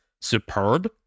superb